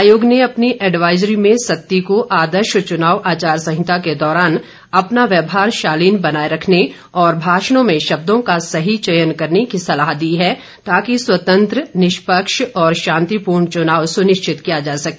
आयोग ने अपनी एडवाइजरी में सत्ती को आदर्श चुनाव आचार संहिता के दौरान अपना व्यवहार शालीन बनाए रखने और भाषणों में शब्दों का सही चयन करने की सलाह दी है ताकि स्वतंत्र निष्पक्ष और शांतिपूर्ण चुनाव सुनिश्चित किया जा सके